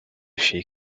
shake